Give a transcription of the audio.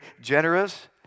generous